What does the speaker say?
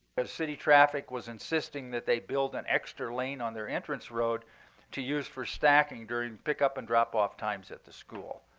ah city traffic was insisting that they build an extra lane on their entrance road to use for stacking during pickup and drop off times at the school.